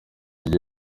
iki